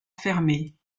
fermée